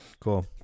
cool